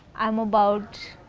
i am about.